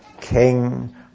King